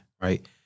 right